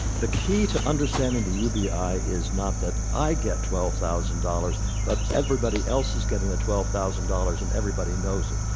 the key to understanding the ubi is not that i get twelve thousand dollars, but everybody else is getting the twelve thousand dollars and everybody knows it.